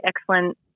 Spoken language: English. excellent